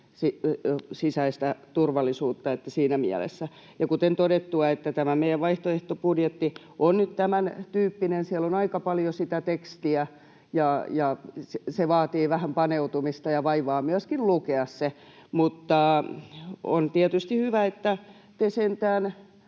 sisäistä turvallisuutta, että siinä mielessä. Ja kuten todettua, tämä meidän vaihtoehtobudjetti on nyt tämäntyyppinen — siellä on aika paljon sitä tekstiä, ja se vaatii vähän paneutumista ja vaivaa myöskin lukea se. Mutta on tietysti hyvä, että te sentään,